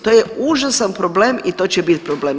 To je užasan problem i to će biti problem.